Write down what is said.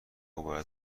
باید